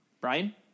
Brian